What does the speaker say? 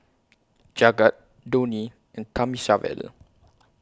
Jagat Dhoni and Thamizhavel